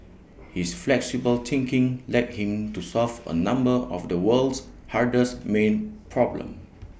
his flexible thinking led him to solve A number of the world's hardest main problems